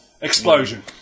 explosion